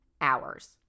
hours